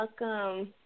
welcome